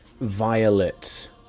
violet